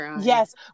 yes